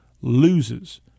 loses